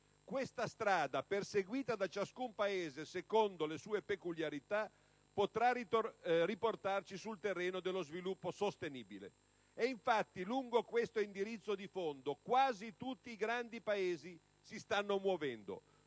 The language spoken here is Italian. Questa strada, perseguita da ciascun Paese secondo le sue peculiarità, potrà riportarci sul terreno dello sviluppo sostenibile. E infatti lungo questo indirizzo di fondo quasi tutti i grandi Paesi si stanno muovendo,